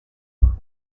dar